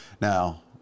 Now